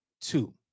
Two